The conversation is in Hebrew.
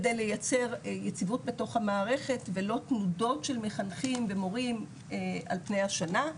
כדי לייצר יציבות בתוך המערכת ולא תנודות של מחנכים ומורים על פני השנה,